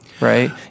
Right